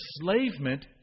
enslavement